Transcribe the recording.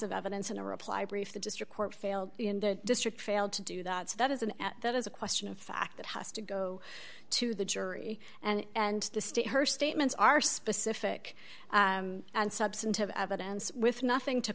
of evidence in a reply brief the district court failed in the district failed to do that so that is an at that is a question of fact that has to go to the jury and the state her statements are specific and substantive evidence with nothing to